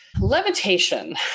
Levitation